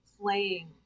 playing